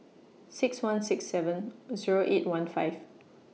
six one six seven Zero eight one five